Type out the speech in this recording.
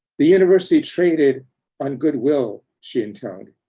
the university traded on goodwill, she intoned.